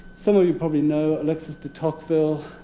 some of you probably know alexis de tocqueville.